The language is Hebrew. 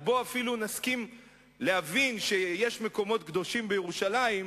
או בואו אפילו נסכים להבין שיש מקומות קדושים בירושלים,